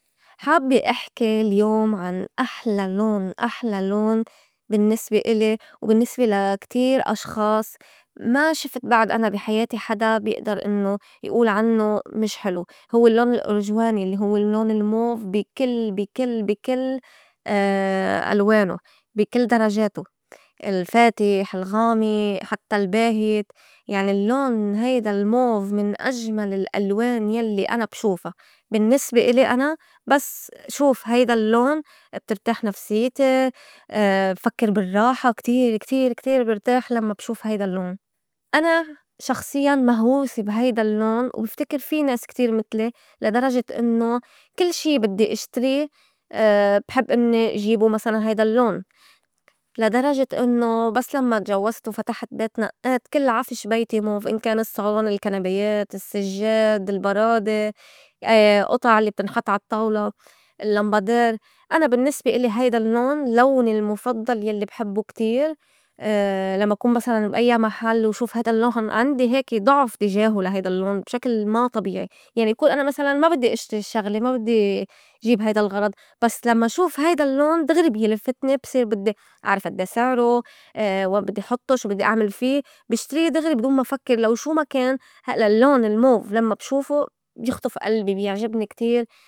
حابّة إحكي اليوم عن أحلى- لون- أحلى لون بالنّسبة إلي وبالنّسبة لا كتير أشخاص ما شفت بعد أنا بي حياتي حدا بيئدر إنّو يئول عنّو مش حلو هوّ اللّون الأرجواني الّي هوّ الّون الموف بي- كل- بي- كل- بي كل ألوانو، بي كل درجاتو، الفاتح، الغامئ، حتّى الباهت يعني اللّون هيدا الموف من أجمل الألوان يلّي أنا بشوفا بالنّسبة إلي أنا بس شوف هيدا اللّون بترتاح نفسيتي، بفكّر بالرّاحة كتير- كتير- كتير برتاح لمّا بشوف هيدا اللّون، أنا شخصيّاً مهوسة بي هيدا اللّون وبفتكر في ناس كتير متلي لا درجة إنّو كل شي بدّي إشتري بحب إنّي جيبو مسلاً هيدا اللّون لا درجة إنّو بس لمّا تجوّزت وفتحت بيت نئّات كل عفش بيتي موف إن كان الصّالون، الكنبيات، السجّاد، البرادي، أطع الّي بتنحط عالطّاولة، المبادير، أنا بالنّسبة إلي هيدا اللّون لوني المُفضّل يلّي بحبّو كتير لمّا كون مسلاً بأيّا محل وشوف هيدا اللّون عندي هيك ضعُف تِجاهو لا هيدا اللّون بشكل ما طبيعي يعني يكون أنا مسلاً ما بدّي إشتري الشّغلة ما بدّي جيب هيدا الغرض بس لمّا شوف هيدا اللّون دغري بيلفتني بصير بدّي أعرف أدّي سعرو؟ وين بدّي حطّو؟ شو بدّي أعمل في؟ بشتري دغري بي دون ما فكّر لو شو ما كان اللّون الموف لمّا بشوفو بيخطُف ألبي بيعحبني كتير.